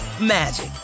magic